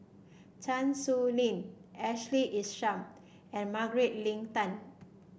Chan Sow Lin Ashley Isham and Margaret Leng Tan